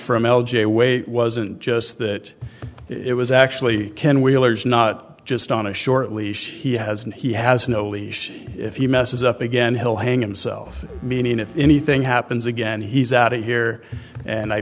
from l j away wasn't just that it was actually can wheeler's not just on a short leash he has and he has no leash if he messes up again he'll hang himself meaning if anything happens again he's out of here and i